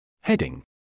Heading